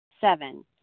Seven